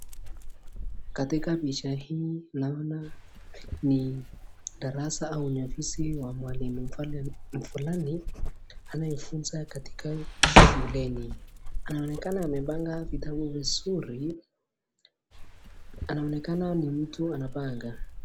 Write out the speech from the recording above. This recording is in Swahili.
Katika pica hii naona ni darasa au ni ofisi wa mwalimu pale fulani, anayefunza katika shuleni, anaonekana amepanga vitabu vizuri, anaonekana ni mtu anapanga.